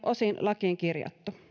osin lakiin kirjattu